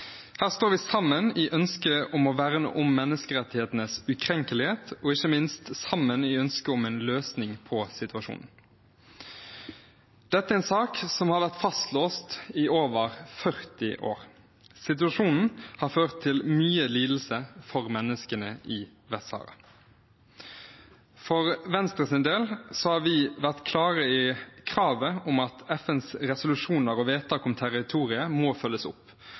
Her står vi sammen i ønsket om å verne om menneskerettighetenes ukrenkelighet og ikke minst sammen i ønsket om en løsning på situasjonen. Dette er en sak som har vært fastlåst i over 40 år. Situasjonen har ført til mye lidelse for menneskene i Vest-Sahara. For Venstres del har vi vært klare i kravet om at FNs resolusjoner og vedtak om territoriet må følges opp,